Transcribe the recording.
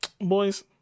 boys